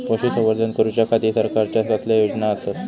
पशुसंवर्धन करूच्या खाती सरकारच्या कसल्या योजना आसत?